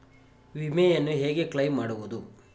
ವಿಮೆಯನ್ನು ಹೇಗೆ ಕ್ಲೈಮ್ ಮಾಡುವುದು?